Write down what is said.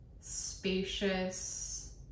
spacious